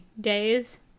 days